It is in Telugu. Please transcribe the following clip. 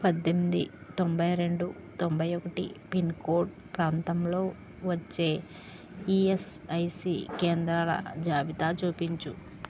పద్దెంది తొంభైరెండు తొంభై ఒకటి పిన్కోడ్ ప్రాంతంలో వచ్చే ఈఎస్ఐసి కేంద్రాల జాబితా చూపించు